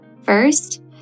First